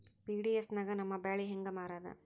PDS ನಾಗ ನಮ್ಮ ಬ್ಯಾಳಿ ಹೆಂಗ ಮಾರದ?